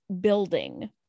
building